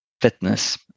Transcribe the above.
fitness